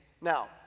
Now